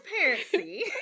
transparency